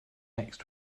next